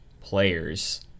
players